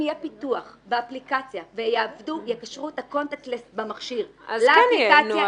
אם יהיה פיתוח באפליקציה ויקשרו את הקונטקט לס במכשיר לאפליקציה,